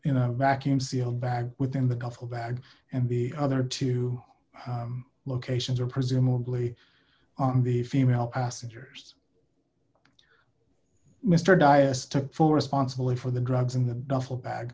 in a vacuum sealed bag with in the coffin bag and the other two locations or presumably on the female passengers mr dias took full responsibility for the drugs in the duffel bag